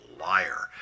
liar